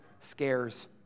scares